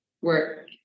work